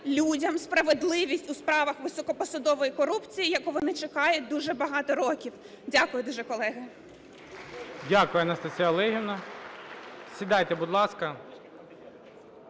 людям справедливість у справах високопосадової корупції, яку вони чекають дуже багато років. Дякую дуже, колеги. ГОЛОВУЮЧИЙ. Дякую, Анастасія Олегівна. Сідайте, будь ласка.